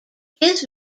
his